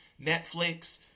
Netflix